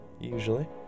usually